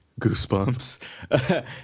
Goosebumps